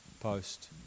post